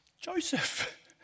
Joseph